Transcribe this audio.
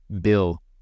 Bill